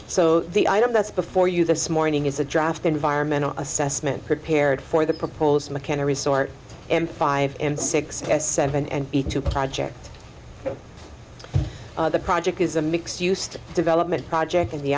so the item that's before you this morning is a draft environmental assessment prepared for the proposed mckenna resort and five m six s seven and b to project the project is a mixed use development project in the